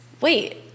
wait